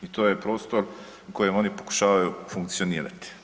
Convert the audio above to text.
I to je prostor u kojem oni pokušavaju funkcionirati.